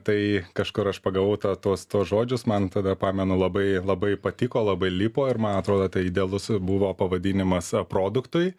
tai kažkur aš pagavau tą tuos tuos žodžius man tada pamenu labai labai patiko labai lipo ir man atrodo tai idealus buvo pavadinimas produktui